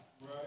Right